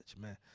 man